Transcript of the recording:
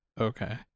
okay